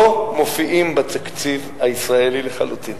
הם לא מופיעים בתקציב הישראלי לחלוטין.